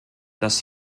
das